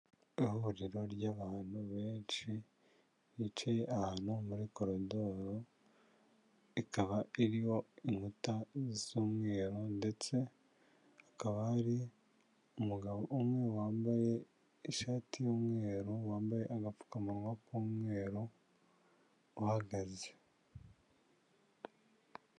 Ihuriro ry'abantu benshi bicaye ahantu muri korodoro, ikaba iriho inkuta z'umweru ndetse hakaba hari umugabo umwe wambaye ishati y'umweru, wambaye agapfukamunwa k'umweru uhagaze.